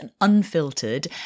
unfiltered